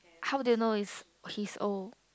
how do you know is his old